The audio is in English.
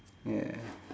yeah